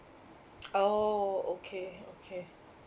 oh okay okay